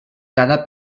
cada